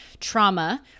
trauma